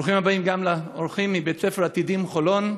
ברוכים הבאים גם לאורחים מבית ספר עתידים חולון.